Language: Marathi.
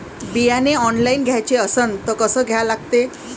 बियाने ऑनलाइन घ्याचे असन त कसं घ्या लागते?